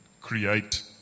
create